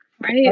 Right